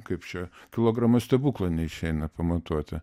kaip čia kilogramo stebuklo neišeina pamatuoti